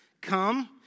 Come